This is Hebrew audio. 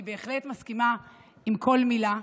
אני בהחלט מסכימה עם כל מילה,